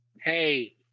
hey